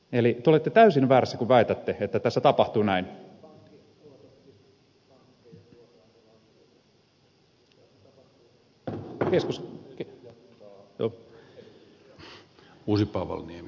eli te olette täysin väärässä kun väitätte että tässä tapahtuu näin